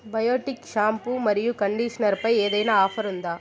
Biotique shampoo మరియు కండిషనర్పై ఏదైనా ఆఫర్ ఉందా